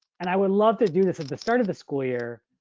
and i would love to do this at the start of the school year,